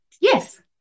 Yes